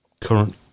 current